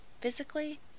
Physically